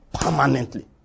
permanently